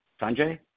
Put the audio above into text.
Sanjay